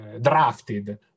Drafted